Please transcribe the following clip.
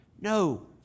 No